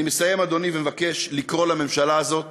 אני מסיים, אדוני, ומבקש לקרוא לממשלה הזאת